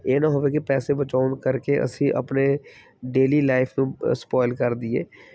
ਇਹ ਨਾ ਹੋਵੇ ਕਿ ਪੈਸੇ ਬਚਾਉਣ ਕਰਕੇ ਅਸੀਂ ਆਪਣੇ ਡੇਲੀ ਲਾਈਫ ਨੂੰ ਸਪੋਇਲ ਕਰ ਦਈਏ